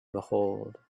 behold